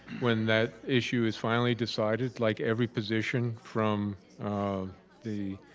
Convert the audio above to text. when that issue is finally decided like every position from um the